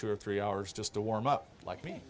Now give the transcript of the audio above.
two or three hours just to warm up like me